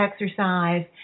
exercise